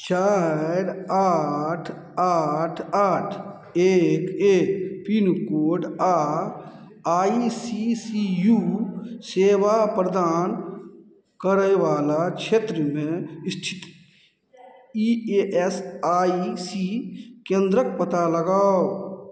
चारि आठ आठ आठ एक एक पिनकोड आओर आइ सी सी यू सेवा प्रदान करैवला क्षेत्रमे इस्थित ई ए एस आइ सी केन्द्रके पता लगाउ